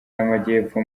y’amajyepfo